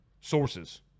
Sources